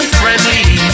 friendly